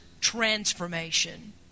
transformation